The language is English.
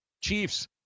Chiefs